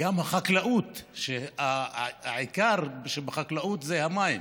גם לחקלאות, כי העיקר בחקלאות זה המים.